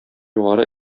югары